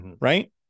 Right